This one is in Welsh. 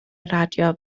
radio